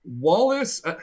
Wallace –